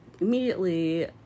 immediately